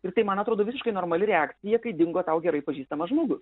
ir tai man atrodo visiškai normali reakcija kai dingo tau gerai pažįstamas žmogus